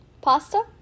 Pasta